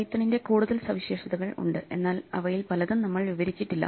പൈത്തണിന്റെ കൂടുതൽ സവിശേഷതകൾ ഉണ്ട് എന്നാൽ അവയിൽ പലതും നമ്മൾ വിവരിച്ചിട്ടില്ല